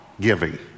giving